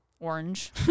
Orange